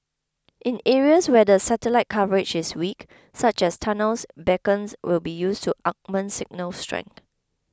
in areas where the satellite coverage is weak such as tunnels beacons will be used to augment signal strength